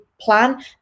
plan